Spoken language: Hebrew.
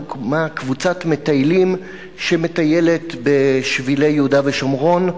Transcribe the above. הוקמה קבוצת מטיילים שמטיילת בשבילי יהודה ושומרון.